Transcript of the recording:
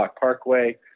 parkway